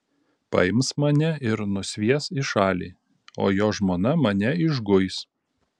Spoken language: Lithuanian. paims mane ir nusvies į šalį o jo žmona mane išguis